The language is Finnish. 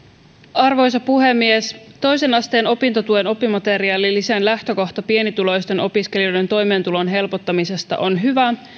arvoisa puhemies toisen asteen opintotuen oppimateriaalilisän lähtökohta pienituloisten opiskelijoiden toimeentulon helpottamisesta on hyvä